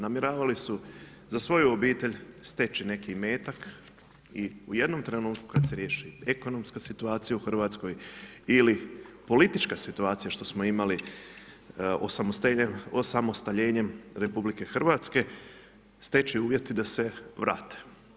Namjeravali su za svoju obitelj steći neki imetak i u jednom trenutku kad se riješi ekonomska situacija u Hrvatskoj ili politička situacija, što smo imali osamostaljenjem RH, steći uvjeti da se vrate.